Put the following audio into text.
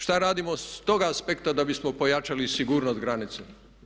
Šta radimo sa tog aspekta da bismo pojačali sigurnost granice?